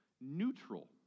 neutral